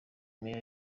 meya